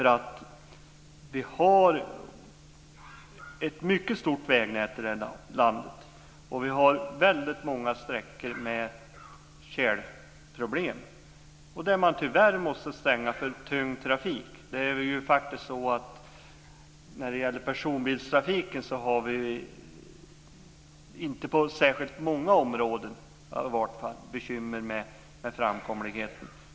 Vi har nämligen ett mycket stort vägnät i detta land, och vi har väldigt många sträckor med tjälproblem, och där man tyvärr måste stänga för tung trafik. När det gäller personbilstrafiken har vi inte på särskilt många områden bekymmer med framkomligheten.